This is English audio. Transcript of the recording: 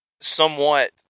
somewhat